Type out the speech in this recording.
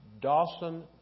Dawson